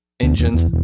Engines